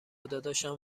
داداشم